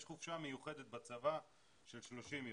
יש חופשה מיוחדת בצבא של 30 יום,